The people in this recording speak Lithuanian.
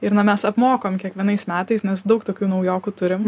ir na mes apmokom kiekvienais metais nes daug tokių naujokų turim